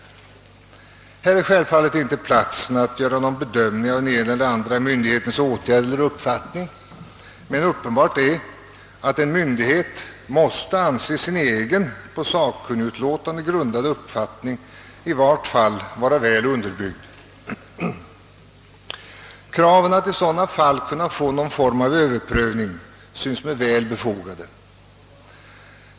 Här är självfallet inte platsen att göra någon bedömning av den ena eller andra myndighetens åtgärder eller uppfattning, men uppenbart är att en myndighet måste anse sin egen på sakkunnigutlåtande grundade uppfattning i vart fall vara väl underbyggd. Kraven att i sådana fall kunna få någon form av överprövning synes mig väl befogade.